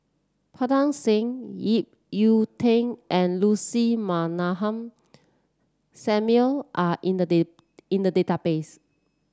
Pritam Singh Ip Yiu Tung and Lucy Ratnammah Samuel are in the in the database